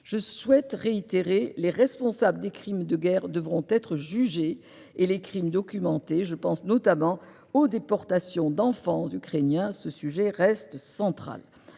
Je souhaite la réitérer : les responsables des crimes de guerre devront être jugés et les crimes documentés ; je pense notamment aux déportations d'enfants ukrainiens, car ce sujet reste central.